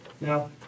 now